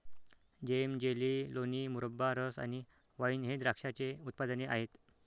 जेम, jelly, लोणी, मुरब्बा, रस आणि वाइन हे द्राक्षाचे उत्पादने आहेत